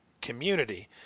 community